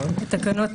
תקנות